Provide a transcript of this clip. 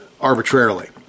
arbitrarily